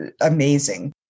amazing